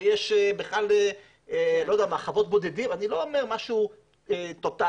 ויש חוות בודדים אני לא אומר משהו טוטאלי,